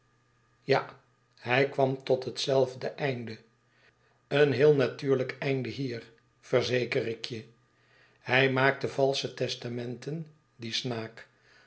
ja hij kwam tot hetzelfde einde een heel natuurlijk einde hier verzeker ik je hij maakte valsche testamenten die snaak